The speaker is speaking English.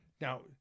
Now